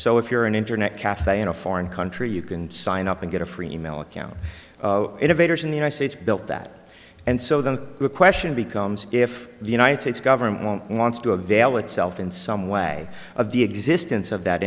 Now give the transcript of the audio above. so if you're an internet cafe in a foreign country you can sign up and get a free e mail account innovators in the united states built that and so then the question becomes if the united states government wants to a veil itself in some way of the existence of that